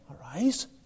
arise